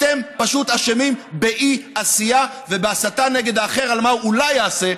אתם פשוט אשמים באי-עשייה ובהסתה נגד האחר על מה שאולי יעשה,